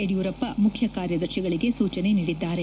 ಯಡಿಯೂರಪ್ಪ ಮುಖ್ಯ ಕಾರ್ಯದರ್ಶಿಗಳಿಗೆ ಸೂಚನೆ ನೀಡಿದ್ದಾರೆ